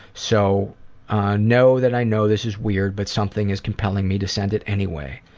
so know that i know this is weird, but something is compelling me to send it anyway.